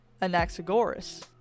Anaxagoras